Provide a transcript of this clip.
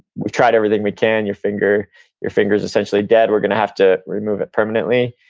we tried everything we can, your finger's your finger's essentially dead, we're going to have to remove it permanently.